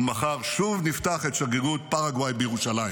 ומחר שוב נפתח את שגרירות פרגוואי בירושלים.